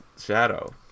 Shadow